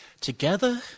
Together